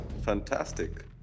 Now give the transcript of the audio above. Fantastic